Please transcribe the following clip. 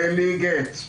בלי גט.